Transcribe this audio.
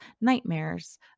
nightmares